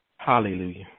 Hallelujah